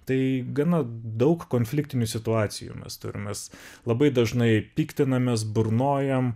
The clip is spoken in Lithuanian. tai gana daug konfliktinių situacijų mes turim mes labai dažnai piktinamės burnojam